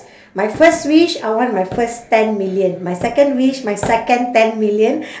my first wish I want my first ten million my second wish my second ten million